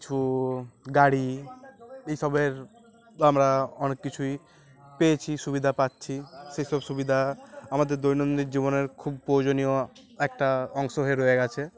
কিছু গাড়ি এইসবের আমরা অনেক কিছুই পেয়েছি সুবিধা পাচ্ছি সেই সব সুবিধা আমাদের দৈনন্দিন জীবনের খুব প্রয়োজনীয় একটা অংশ হয়ে রয়ে গেছে